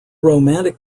romantic